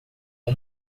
uma